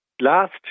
Last